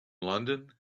london